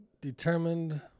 determined